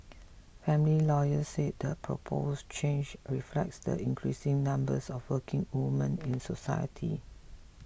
family lawyers said the proposed change reflects the increasing numbers of working women in society